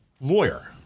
lawyer